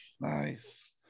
nice